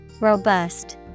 Robust